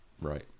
right